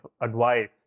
advice